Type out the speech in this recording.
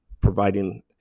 providing